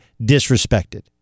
disrespected